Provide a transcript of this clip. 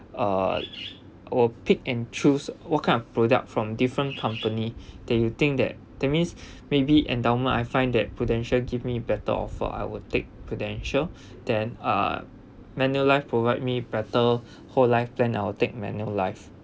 uh or pick and choose what kind of product from different company that do you think that that means maybe endowment I find that Prudential give me better offer I would take Prudential then uh Manulife provide me better whole life plan I will take Manulife